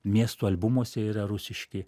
miestų albumuose yra rusiški